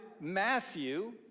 Matthew